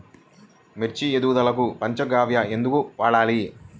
మిర్చి ఎదుగుదలకు పంచ గవ్య ఎందుకు వాడాలి?